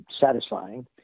satisfying